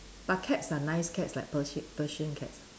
but cats are nice cats like Persian Persian cats